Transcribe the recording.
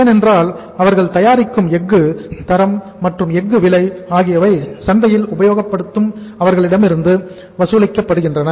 ஏனென்றால் அவர்கள் தயாரிக்கும் எஃகு தரம் மற்றும் எஃகு விலை ஆகியவை இந்த சந்தையில் உபயோகப்படுத்தும் அவர்களிடமிருந்து இருந்து வசூலிக்கப்படுகின்றன